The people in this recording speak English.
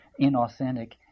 inauthentic